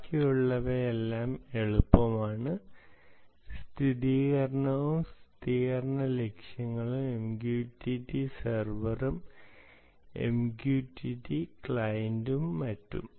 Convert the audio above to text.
ബാക്കിയുള്ളവയെല്ലാം എളുപ്പമാണ് സ്ഥിരീകരണവും സ്ഥിരീകരണ ലക്ഷ്യങ്ങളും MQTT സെർവറും MQTT ക്ലയന്റും മറ്റും